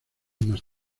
más